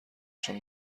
چون